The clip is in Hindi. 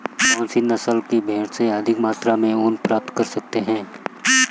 कौनसी नस्ल की भेड़ से अधिक मात्रा में ऊन प्राप्त कर सकते हैं?